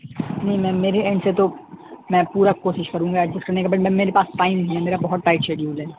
نہیں میم میرے اینڈ سے تو میں پورا کوشش کروں گا ایڈجسٹ کرنے کی بٹ میم میرے پاس ٹائم ہے نہیں میرا بہت ٹائٹ شیڈیول ہے